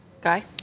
Guy